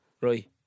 Right